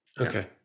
Okay